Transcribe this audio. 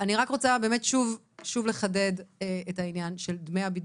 אתם רוצים לתת נתונים על בידודים,